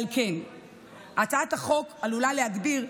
על כן הצעת החוק שלך,